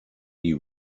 you